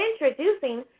Introducing